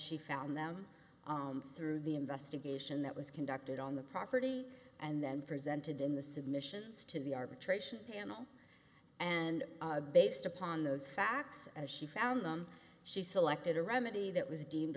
she found them through the investigation that was conducted on the property and then presented in the submissions to the arbitration panel and based upon those facts as she found them she selected a remedy that was deemed